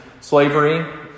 slavery